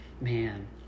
man